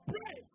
Pray